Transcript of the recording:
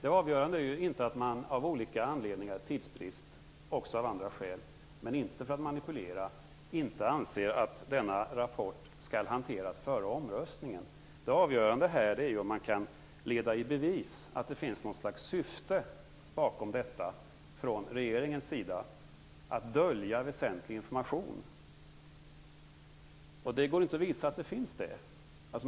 Det avgörande är inte att man av olika anledningar, av tidsbrist och andra skäl men inte för att manipulera, inte anser att denna rapport skall hanteras före omröstningen. Det avgörande här är om man kan leda i bevis att det finns något slags syfte bakom detta från regeringens sida, att dölja väsentlig information. Det går inte att visa att det finns.